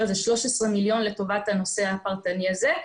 איזה 13 מיליון לטובת הנושא הפרטני הזה,